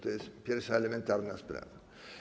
To jest pierwsza, elementarna sprawa.